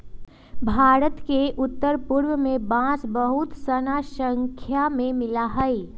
भारत के उत्तर पूर्व में बांस बहुत स्नाख्या में मिला हई